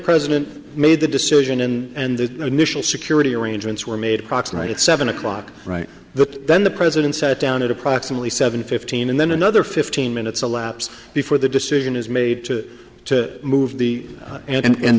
president made the decision and the initial security arrangements were made approximate at seven o'clock right the then the president sat down at approximately seven fifteen and then another fifteen minutes elapse before the decision is made to to move the